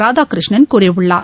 ராதாகிருஷ்ணன் கூறியுள்ளார்